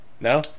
No